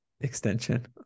extension